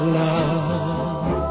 love